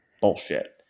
bullshit